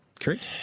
correct